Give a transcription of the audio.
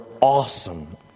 awesome